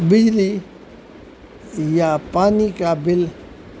بجلی یا پانی کا بل